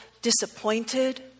Disappointed